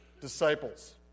disciples